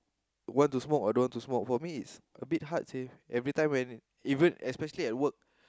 want to smoke or don't want to smoke for me is very hard say especially at work